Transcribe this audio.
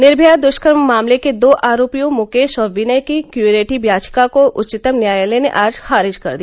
निर्मया दृष्कर्म मामले के दो आरोपियों मुकेश और विनय की क्यूरेटिव याचिका को उच्चतम न्यायालय ने आज खारिज कर दिया